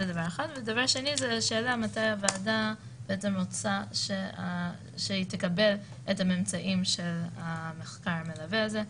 ודבר שני מתי הוועדה רוצה לקבל את הממצאים של המחקר המלווה הזה?